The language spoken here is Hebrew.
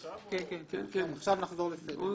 כמו